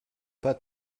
pas